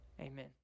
amen